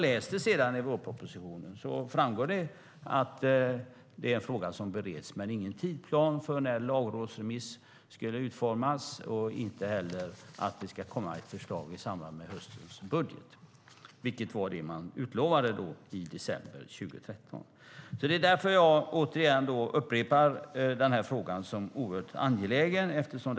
I vårpropositionen som sedan kom framgår det att det är en fråga som bereds, men det finns ingen tidsplan för när lagrådsremiss ska utformas och heller inga uppgifter om att det ska komma ett förslag i samband med höstens budget, vilket var det man utlovade i december 2013. Det är därför jag återigen upprepar den här oerhört angelägna frågan.